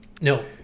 No